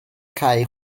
cae